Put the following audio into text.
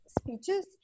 speeches